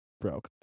broke